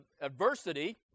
adversity